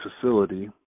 facility